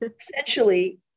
essentially